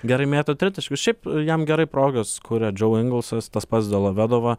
gerai mėto tritaškius šiaip jam gerai progas kuria džeu ingelsas tas pats delavedova